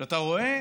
כשאתה רואה